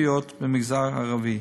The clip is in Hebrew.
ספציפיות במגזר הערבי.